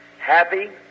happy